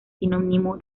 sinónimo